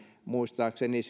muistaakseni